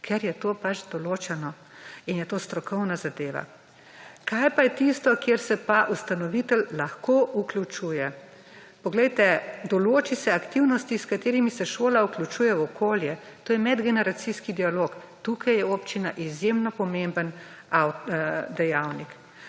kar je to pač določeno in je to strokovna zadeva. Kaj pa je tisto, kjer se pa ustanovitelj lahko vključuje? Poglejte, določi se aktivnosti, s katerimi se šola vključuje v okolje. To je medgeneracijski dialog. Tukaj je občina izjemno pomemben dejavnik.